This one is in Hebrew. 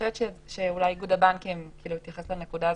איגוד הבנקים יתייחס לנקודה הזאת.